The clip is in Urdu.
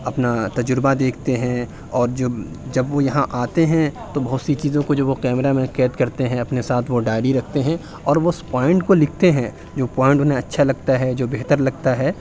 اپنا تجربہ دیکھتے ہیں اور جب جب وہ یہاں آتے ہیں تو بہت سی چیزوں کو جو وہ کیمرا میں قید کرتے ہیں اپنے ساتھ وہ ڈائری رکھتے ہیں اور وہ اُس پوائنٹ کو لکھتے ہیں جو پوائنٹ اُنہیں اچھا لگتا ہے جو بہتر لگتا ہے